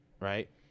Right